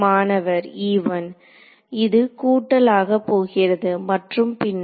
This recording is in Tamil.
மாணவர் இது கூட்டல் ஆகப்போகிறது மற்றும் பின்னர்